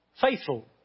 faithful